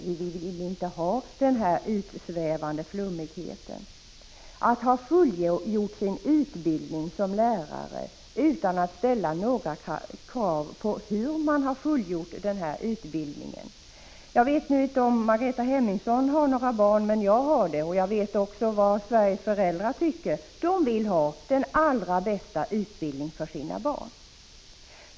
Vi ville inte ha denna utsvävande flummighet — att ha lärare som fullgjort sin utbildning utan att det ställts några krav på hur man har fullgjort denna utbildning. Jag vet inte om Margareta Hemmingsson har några barn, men jag har. Jag vet också vad Sveriges föräldrar tycker. De vill ha den allra bästa utbildningen för sina barn.